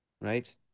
right